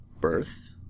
birth